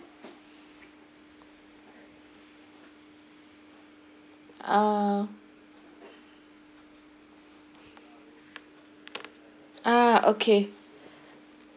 ah ah okay